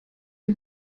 den